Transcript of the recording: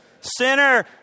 Sinner